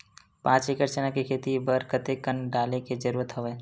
पांच एकड़ चना के खेती बर कते कन डाले के जरूरत हवय?